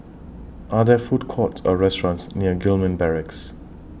Are There Food Courts Or restaurants near Gillman Barracks